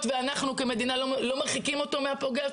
ואנחנו כמדינה לא מרחיקים אותו מהפוגע.